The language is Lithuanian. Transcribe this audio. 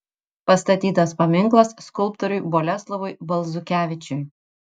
pastatytas paminklas skulptoriui boleslovui balzukevičiui